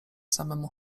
samemu